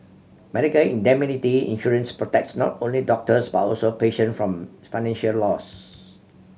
medical indemnity insurance protects not only doctors but also patient from financial loss